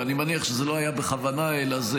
ואני מניח שזה לא היה בכוונה אלא זה